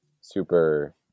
super